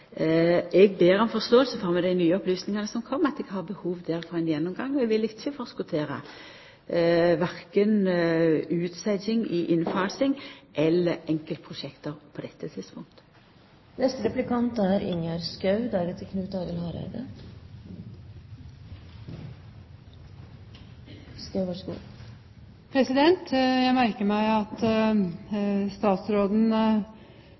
Eg ber om forståing for – med dei nye opplysningane som kom – at eg har behov for ein gjennomgang, og eg vil ikkje forskottera korkje utsetjing av innfasing eller enkeltprosjekt på dette tidspunktet. Jeg merker meg at statsråden sier at dette dreier seg om mange tiårs forfall, og da er jeg overrasket over at